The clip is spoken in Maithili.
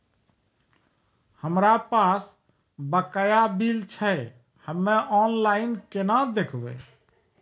हमरा पास बकाया बिल छै हम्मे ऑनलाइन केना देखबै?